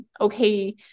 okay